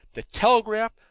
the telegraph,